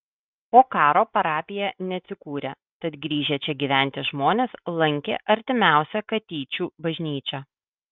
po karo parapija neatsikūrė tad grįžę čia gyventi žmonės lankė artimiausią katyčių bažnyčią